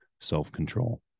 self-control